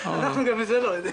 אנחנו גם את זה לא יודעים.